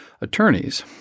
attorneys